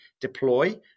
deploy